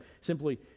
simply